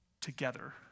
together